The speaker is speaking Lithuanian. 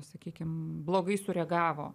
sakykim blogai sureagavo